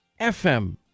FM